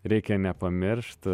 reikia nepamiršt